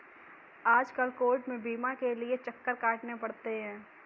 आजकल कोर्ट में बीमा के लिये चक्कर काटने पड़ते हैं